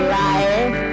life